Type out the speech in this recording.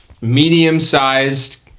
medium-sized